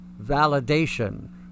validation